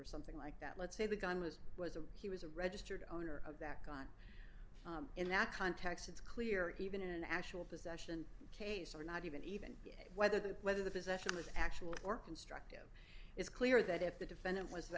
defense thing like that let's say the gun was was a he was a registered owner of that got in that context it's clear even in an actual possession case or not even even whether the whether the possession is actual or construct it's clear that if the defendant was th